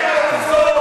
טוב,